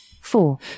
four